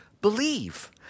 believe